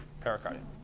pericardium